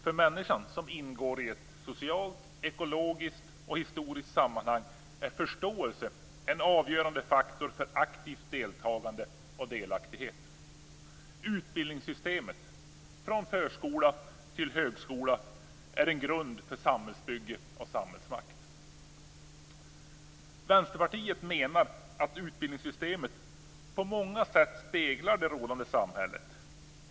För människan som ingår i ett socialt, ekologiskt och historiskt sammanhang är förståelse en avgörande faktor för aktivt deltagande och delaktighet. Utbildningssystemet, från förskola till högskola, är en grund för samhällsbygge och samhällsmakt. Vänsterpartiet menar att utbildningssystemet på många sätt speglar det rådande samhället.